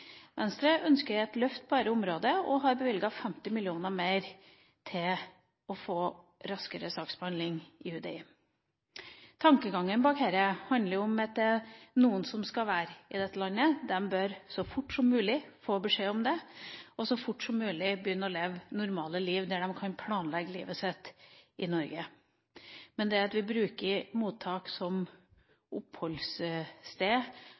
Venstre ønsker et løft på dette området og har bevilget 50 mill. kr mer til raskere saksbehandling i UDI. Tankegangen bak dette er at det er noen som skal være i landet, og de bør så fort som mulig få beskjed om det, og så fort som mulig begynne å leve normale liv, der de kan planlegge livet sitt i Norge. Det at vi bruker mottak